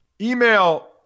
Email